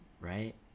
Right